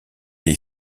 est